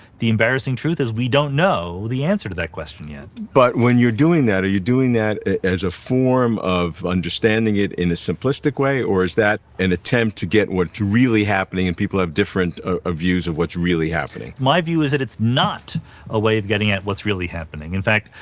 the embarrassing truth is we don't know the answer to that question yet. but when you're doing that, are you doing that as a form of understanding it in a simplistic way, or is that an attempt to get what's really happening and people have different ah views of what's really happening? my view is that it's not a way of getting at what's really happening. in fact,